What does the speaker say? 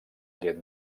llet